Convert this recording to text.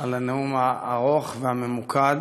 על הנאום הארוך והממוקד